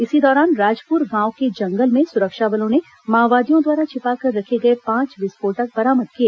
इसी दौरान राजपुर गांव के जंगल में सुरक्षा बलों ने माओवादियों द्वारा छिपाकर रखे गए पांच विस्फोटक बरामद किए